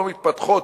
לא מתפתחות,